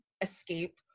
escape